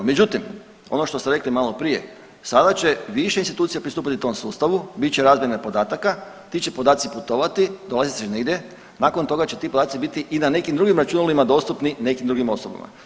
Međutim, ono što ste rekli malo prije sada će više institucija pristupiti tom sustavu, bit će razmjene podataka, ti će podaci putovati, dolazit će negdje, nakon toga će ti podaci će biti i na nekim drugim računalima dostupni nekim drugim osobama.